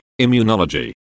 immunology